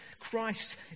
Christ